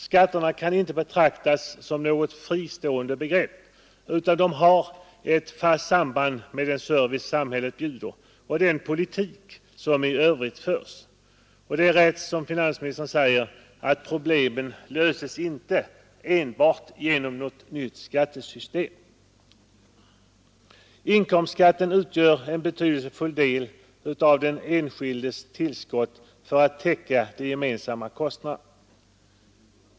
Skatterna kan inte betraktas som fristående; de har ett klart samband med den service samhället erbjuder och den politik som i övrigt förs. Det är rätt, som finansministern säger, att problemen inte löses enbart genom något nytt skattesystem. Inkomstskatten utgör en betydelsefull del av den enskildes tillskott för att täcka de gemensamma kostnaderna.